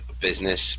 Business